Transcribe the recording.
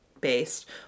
based